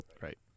Right